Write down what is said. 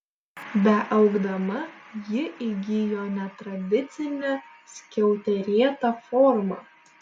beaugdama ji įgijo netradicinę skiauterėtą formą